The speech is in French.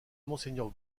monseigneur